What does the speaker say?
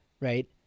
right